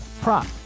prop